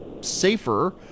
Safer